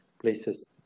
places